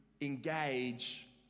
engage